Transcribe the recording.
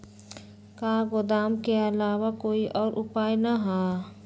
का गोदाम के आलावा कोई और उपाय न ह?